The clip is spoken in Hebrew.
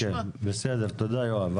בסדר, תודה יואב.